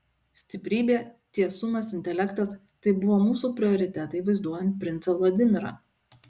stiprybė tiesumas intelektas tai buvo mūsų prioritetai vaizduojant princą vladimirą